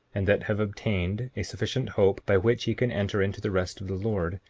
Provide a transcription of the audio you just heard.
and that have obtained a sufficient hope by which ye can enter into the rest of the lord,